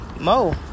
Mo